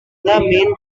main